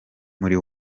muri